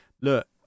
look